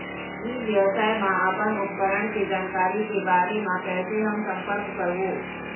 ई व्यवसाय मा अपन उपकरण के जानकारी के बारे मा कैसे हम संपर्क करवो?